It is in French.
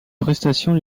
prestations